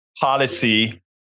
policy